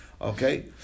Okay